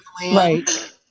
right